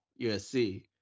usc